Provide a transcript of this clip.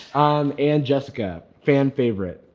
um, and jessica. fan favorite.